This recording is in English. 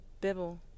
Bible